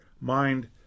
mind